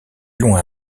loin